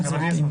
ארגונים.